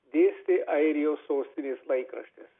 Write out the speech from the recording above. dėstė airijos sostinės laikraštis